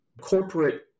corporate